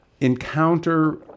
encounter